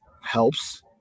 helps